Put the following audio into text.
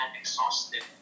exhausted